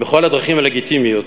בכל הדרכים הלגיטימיות.